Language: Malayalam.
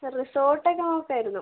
ഇപ്പോൾ റിസോർട്ടൊക്കെ നോക്കായിരുന്നു